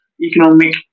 economic